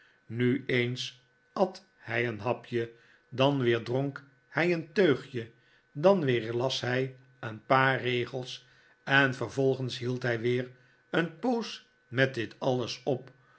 nu eens at hij een hapje dan weer dronk hij een teugje dan weer las hij een paar regels en vervolgens hield hij weer een poos met dit alles op